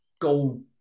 goal